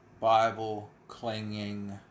Bible-clinging